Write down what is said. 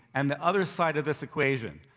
and the other side of this equation.